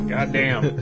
Goddamn